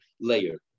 layer